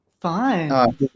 fine